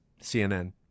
CNN